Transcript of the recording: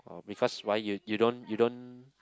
because why you you don't you don't